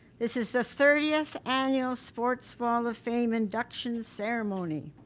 this is the thirtieth annual sports wall of fame induction ceremony.